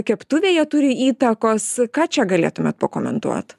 keptuvėje turi įtakos ką čia galėtumėt pakomentuot